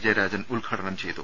ജയരാജൻ ഉദ്ഘാടനം ചെയ്തു